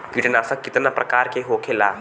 कीटनाशक कितना प्रकार के होखेला?